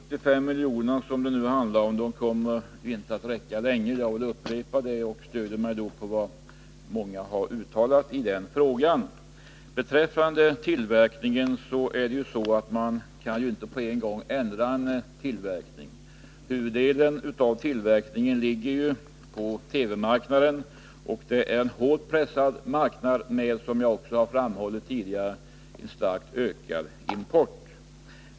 Fru talman! De 175 miljoner som det handlar om nu kommer inte att räcka länge — jag vill upprepa det. Jag stödjer mig på vad många har uttalat i den frågan. Beträffande tillverkningen vill jag säga att man inte på en gång kan ändra den. Huvuddelen av tillverkningen ligger på TV-apparater, och det är en hårt pressad marknad med, som jag också framhållit tidigare, en starkt ökad import.